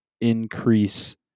increase